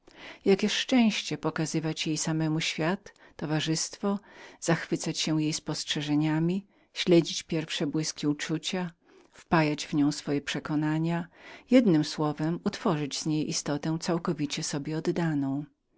jakież szczęście pokazywać jej samemu świat towarzystwo zachwycać się jej spostrzeżeniami śledzić pierwszy wybłysk uczucia wpajać w nią swoje przekonania jednem słowem utworzyć z niej że tak powiem